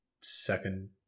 second